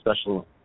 special